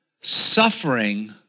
suffering